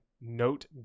note